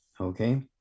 okay